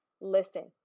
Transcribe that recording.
listen